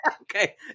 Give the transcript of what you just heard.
Okay